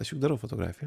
aš juk darau fotografiją